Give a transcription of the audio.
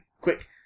quick